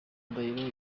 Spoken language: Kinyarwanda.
ndahiro